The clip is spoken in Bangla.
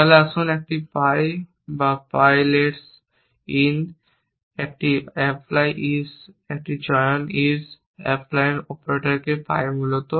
তাহলে আসুন একটি পাই 1 বা পাই লেটস ইন একটি অ্যাপ্লাই ইজ একটি চয়ন ইজ অ্যাপ্লাইস অপারেটরকে পাই মূলত